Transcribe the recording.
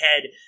head